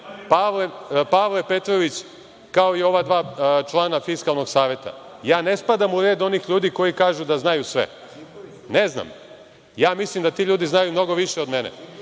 Pavle Petrović, kao i ova dva člana Fiskalnog saveta. Ja ne spadam u red onih ljudi koji kažu da znaju sve. Ne znam. Mislim da ti ljudi znaju mnogo više od mene